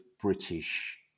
British